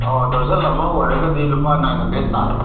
ꯑꯣ ꯗꯔꯖꯟ ꯑꯃ ꯑꯣꯏꯔꯒꯗꯤ ꯂꯨꯄꯥ ꯅꯥꯏꯟ ꯍꯟꯗ꯭ꯔꯗ ꯇꯥꯔꯦ